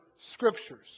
scriptures